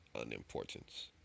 unimportance